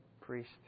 priest